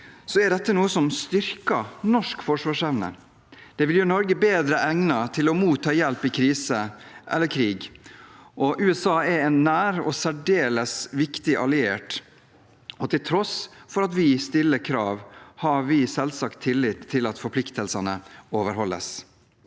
kr, er dette noe som styrker norsk forsvarsevne. Det vil gjøre Norge bedre egnet til å motta hjelp i krise eller krig, og USA er en nær og særdeles viktig alliert. Til tross for at vi stiller krav, har vi selvsagt tillit til at forpliktelsene overholdes.